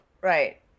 Right